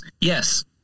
Yes